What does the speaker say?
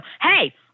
hey –